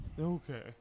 Okay